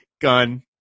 gun